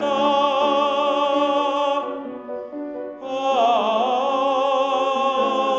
no no no